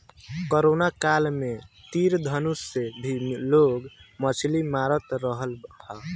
corona काल में तीर धनुष से भी लोग मछली मारत रहल हा